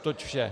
Toť vše.